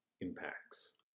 impacts